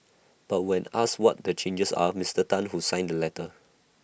but when asked what the changes are Mister Tan who signed the letter